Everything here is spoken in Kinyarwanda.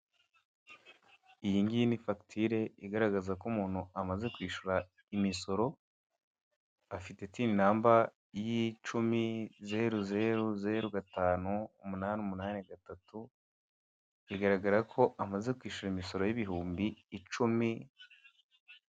Iyi ngiyi ni fagitire igaragaza ko umuntu amaze kwishyura imisoro, afite tini namba y'icumi, zeru zeru, zeru gatanu, umunani, umunani, gatatu, bigaragaza ko amaze kwishyura imisoro y'ibihumbi icumi.